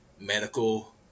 medical